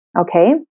Okay